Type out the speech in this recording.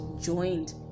joined